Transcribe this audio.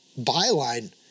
byline